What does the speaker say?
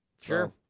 Sure